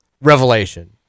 revelation